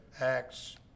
Acts